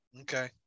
Okay